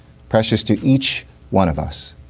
precious to each one of us.